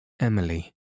Emily